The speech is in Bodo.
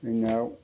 जोंनियाव